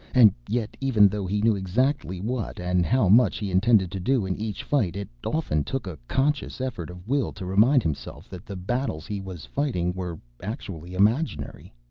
and yet, even though he knew exactly what and how much he intended to do in each fight, it often took a conscious effort of will to remind himself that the battles he was fighting were actually imaginary.